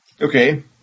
Okay